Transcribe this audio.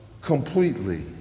completely